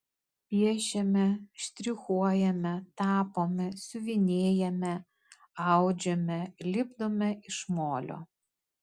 piešiame štrichuojame tapome siuvinėjame audžiame lipdome iš molio